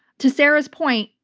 to sarah's point,